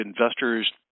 investors